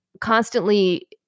constantly